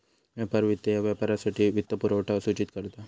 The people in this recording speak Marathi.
व्यापार वित्त ह्या व्यापारासाठी वित्तपुरवठा सूचित करता